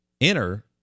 enter